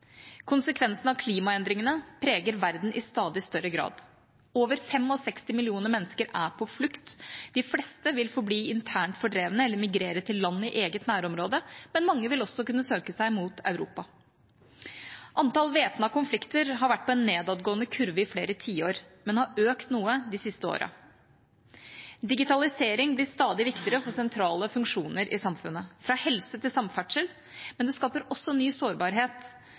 Konsekvensene av klimaendringene preger verden i stadig større grad. Over 65 millioner mennesker er på flukt. De fleste vil forbli internt fordrevne eller migrere til land i eget nærområde, men mange vil også kunne søke seg mot Europa. Antall væpnede konflikter har vært på en nedadgående kurve i flere tiår, men har økt noe de siste årene. Digitalisering blir stadig viktigere for sentrale funksjoner i samfunnet, fra helse til samferdsel, men det skaper også ny sårbarhet,